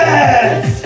Yes